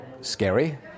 scary